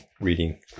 reading